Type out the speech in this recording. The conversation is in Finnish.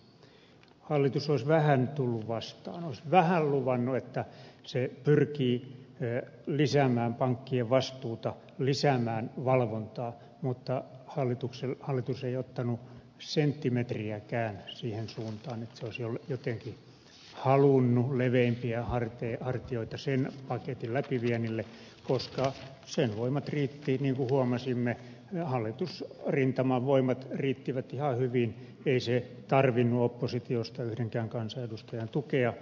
olisi hallitus vähän tullut vastaan olisi luvannut vähän että se pyrkii lisäämään pankkien vastuuta lisäämään valvontaa mutta hallitus ei ottanut senttimetriäkään siihen suuntaan että se olisi jotenkin halunnut leveämpiä hartioita sen paketin läpiviennille koska sen voimat riittivät niin kuin huomasimme hallitusrintaman voimat riittivät ihan hyvin ei se tarvinnut oppositiosta yhdenkään kansanedustajan tukea